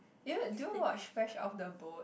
did did you watch Fresh-off-the-Boat